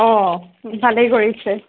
অঁ ভালেই কৰিছে